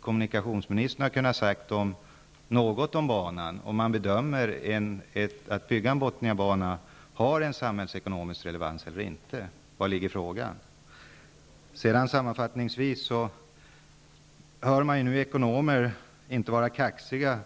Kommunikationsministern borde därför ha kunnat säga något om den, om han bedömer att byggandet av Bothniabanan har samhällsekonomisk relevans eller inte. Nu är ekonomerna inte så kaxiga.